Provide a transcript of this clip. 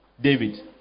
David